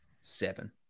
seven